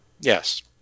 Yes